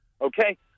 Okay